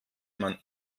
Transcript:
man